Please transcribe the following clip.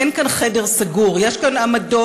אין כאן חדר סגור, יש כאן עמדות